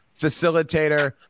facilitator